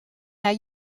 haar